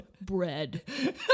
bread